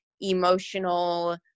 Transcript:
emotional